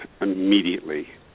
immediately